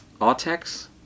Artex